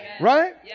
Right